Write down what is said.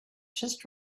just